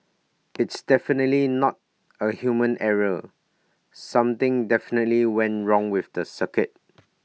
it's definitely not A human error something definitely went wrong with the circuit